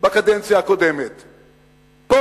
בקדנציה הקודמת פה,